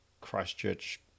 Christchurch